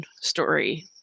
story